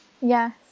Yes